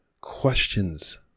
questions